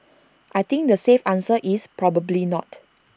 I think the safe answer is probably not